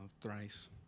Thrice